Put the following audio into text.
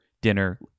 dinner